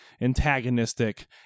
antagonistic